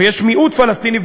ויש מיעוט פלסטיני,